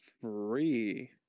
free